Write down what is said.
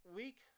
week